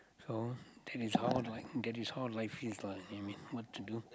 so that's how life that's how life feels lah I mean what to do